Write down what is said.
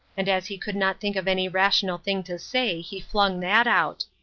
and as he could not think of any rational thing to say he flung that out.